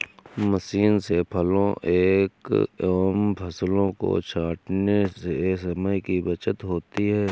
machine से फलों एवं फसलों को छाँटने से समय की बचत होती है